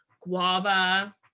guava